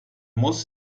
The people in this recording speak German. muss